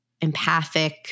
empathic